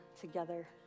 together